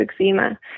eczema